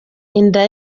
inda